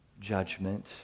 judgment